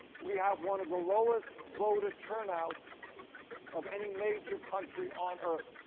we have one of the lowest voter turnouts of any major country on earth.